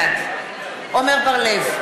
בעד עמר בר-לב,